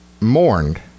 mourned